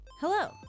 hello